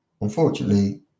Unfortunately